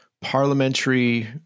parliamentary